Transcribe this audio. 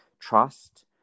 trust